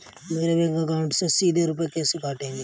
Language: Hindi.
मेरे बैंक अकाउंट से सीधे रुपए कैसे कटेंगे?